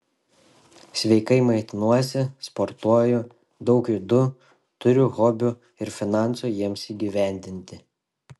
sveikai maitinuosi sportuoju daug judu turiu hobių ir finansų jiems įgyvendinti